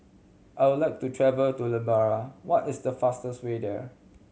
I would like to travel to Liberia what is the fastest way there